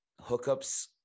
hookups